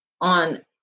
on